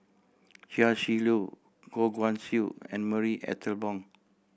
Chia Shi Lu Goh Guan Siew and Marie Ethel Bong